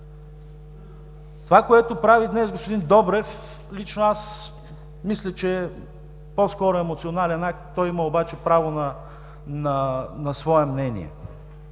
Това, което прави днес господин Добрев, лично аз мисля, че е по-скоро емоционален акт. Той има обаче право на свое мнение.